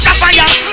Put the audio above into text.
fire